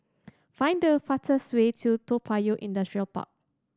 find the fastest way to Toa Payoh Industrial Park